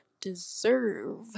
deserve